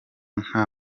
nta